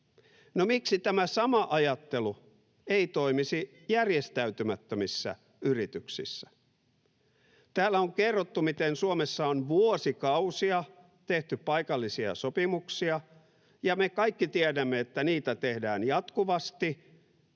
miksi tämä sama ajattelu ei toimisi järjestäytymättömissä yrityksissä? Täällä on kerrottu, miten Suomessa on vuosikausia tehty paikallisia sopimuksia, ja me kaikki tiedämme, että niitä tehdään jatkuvasti